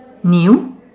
nail